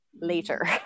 later